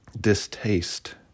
distaste